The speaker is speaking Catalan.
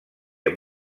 amb